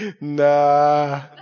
nah